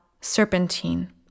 serpentine